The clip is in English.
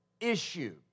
issue